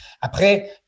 Après